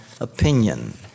opinion